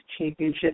Championship